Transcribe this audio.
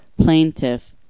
plaintiff